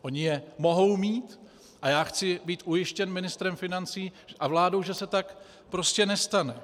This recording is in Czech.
Oni je mohou mít a já chci být ujištěn ministrem financí a vládou, že se tak prostě nestane.